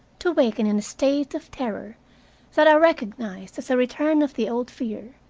to waken in a state of terror that i recognized as a return of the old fear.